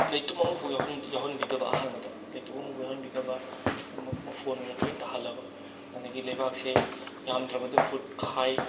ꯂꯩꯇꯨꯝ ꯑꯃꯐꯥꯎ ꯌꯥꯎꯍꯟꯕꯤꯗꯕ ꯑꯍꯥꯟꯕꯗ ꯂꯩꯇꯨꯝ ꯑꯃꯐꯥꯎ ꯌꯥꯎꯍꯟꯕꯤꯗꯕ ꯃꯐꯣꯟ ꯑꯣꯏꯅ ꯂꯣꯏꯅ ꯇꯥꯍꯜꯂꯕ ꯑꯗꯒꯤ ꯂꯩꯕꯥꯛꯁꯦ ꯌꯥꯝꯗ꯭ꯔꯕꯗ ꯐꯨꯠꯈꯥꯏ